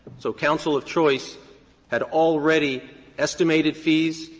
so counsel of choice had already estimated fees,